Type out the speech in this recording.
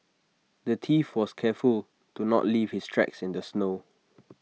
the thief was careful to not leave his tracks in the snow